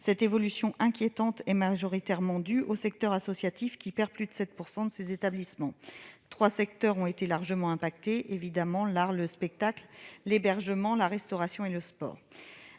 Cette évolution inquiétante est majoritairement due au secteur associatif, qui perd plus de 7 % de ses établissements. Trois secteurs ont été particulièrement affectés : l'art et le spectacle, l'hébergement et la restauration, ainsi que le sport.